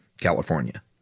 California